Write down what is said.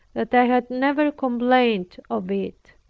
that i had never complained of it,